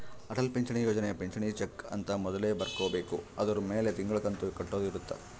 ಅಟಲ್ ಪಿಂಚಣಿ ಯೋಜನೆ ಪಿಂಚಣಿ ಬೆಕ್ ಅಂತ ಮೊದ್ಲೇ ಬರ್ಕೊಬೇಕು ಅದುರ್ ಮೆಲೆ ತಿಂಗಳ ಕಂತು ಕಟ್ಟೊದ ಇರುತ್ತ